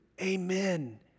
amen